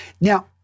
Now